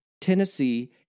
Tennessee